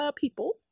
people